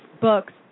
books